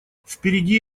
впереди